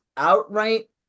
outright